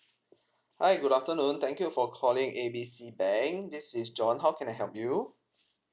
hi good afternoon thank you for calling A B C bank this is john how can I help you